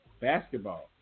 Basketball